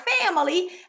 family